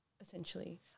essentially